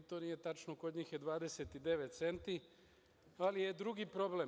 Ni to nije tačno, kod njih je 29 centi, ali je drugi problem.